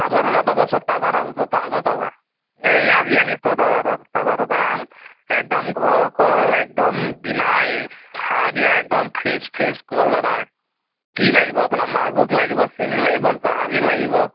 পাব দাদা পাব চব তাজা তাজা তাজা তাজা এই আজি আনিছোঁ দাদা তাজা তাজা তাজা আম একদম ঘৰৰ কল একদম বিনা এই সাৰ দিয়া একদম ফ্ৰেছ ফ্ৰেছ কল দাদা কি লাগিব আপোনাক মালভোগ লাগিব চেনি লাগিব জাহাজী লাগিব